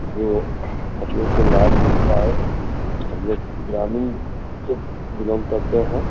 जो हम लोग को लाभ मिल पाए हम लोग ग्रामीण से बिलॉन्ग करते हैं